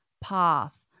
path